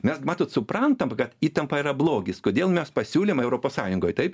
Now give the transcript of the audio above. mes matot suprantam kad įtampa yra blogis kodėl mes pasiūlėme europos sąjungoje taip